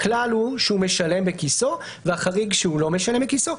הכלל הוא שהוא משלם מכיסו והחריג שהוא לא משלם מכיסו.